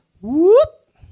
whoop